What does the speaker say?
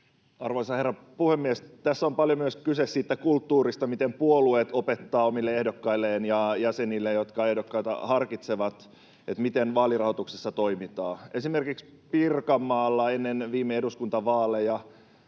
Arvoisa herra puhemies! Tässä on paljon kyse myös siitä kulttuurista, miten puolueet opettavat omille ehdokkailleen ja jäsenilleen, jotka ehdokkuutta harkitsevat, miten vaalirahoituksessa toimintaan. Esimerkiksi Pirkanmaalla ennen viime eduskuntavaaleja